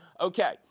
Okay